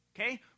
Okay